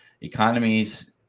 economies